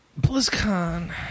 BlizzCon